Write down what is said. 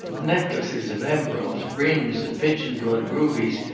necklaces of emeralds, rings of pigeon-blood rubies,